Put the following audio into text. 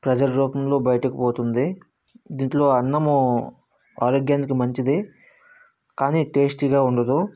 pressure రూపంలో బయటకు పోతుంది దీంట్లో అన్నం ఆరోగ్యానికి మంచిది కానీ టేస్టీగా ఉండదు